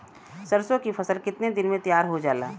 सरसों की फसल कितने दिन में तैयार हो जाला?